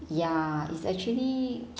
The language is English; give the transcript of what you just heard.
ya it's actually